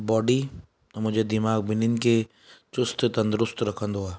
body मुंहिंजे दिमाग़ ॿिन्हिनि खे चुस्तु तंदुरुस्तु रखंदो आहे